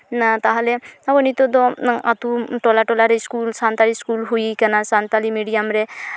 ᱛᱟᱦᱞᱮ ᱟᱵᱚ ᱱᱤᱛᱚᱜ ᱫᱚ ᱟᱹᱛᱩ ᱴᱚᱞᱟ ᱴᱚᱞᱟᱨᱮ ᱤᱥᱠᱩᱞ ᱥᱟᱱᱛᱟᱲᱤ ᱤᱥᱠᱩᱞ ᱦᱩᱭ ᱠᱟᱱᱟ ᱥᱟᱱᱛᱟᱲᱤ ᱢᱤᱰᱤᱭᱟᱢ ᱨᱮ